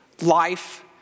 life